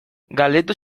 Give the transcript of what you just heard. galdetu